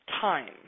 time